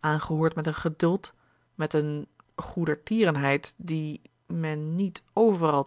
aangehoord met een geduld met eene goedertierenheid die men niet overal